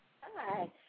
Hi